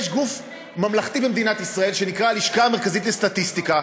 יש גוף ממלכתי במדינת ישראל שנקרא הלשכה המרכזית לסטטיסטיקה,